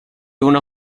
una